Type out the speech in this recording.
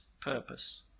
purpose